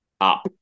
up